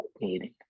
meeting